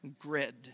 grid